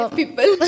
people